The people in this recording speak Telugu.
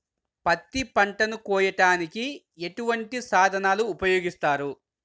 పత్తి పంటను కోయటానికి ఎటువంటి సాధనలు ఉపయోగిస్తారు?